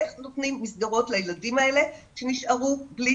איך נותנים מסגרות לילדים האלה שנשארו בלי